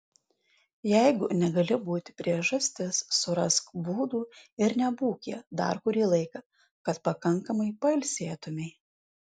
jeigu negali būti priežastis surask būdų ir nebūk ja dar kurį laiką kad pakankamai pailsėtumei